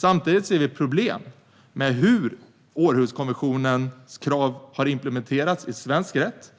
Samtidigt ser vi problem med hur Århuskonventionens krav har implementerats i svensk rätt